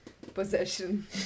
Possession